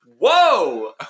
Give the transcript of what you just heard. Whoa